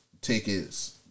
tickets